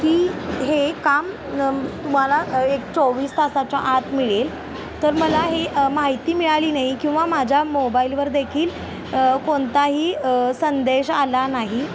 की हे काम तुम्हाला एक चोवीस तासाच्या आत मिळेल तर मला हे माहिती मिळाली नाही किंवा माझ्या मोबाईलवर खील कोणताही संदेश आला नाही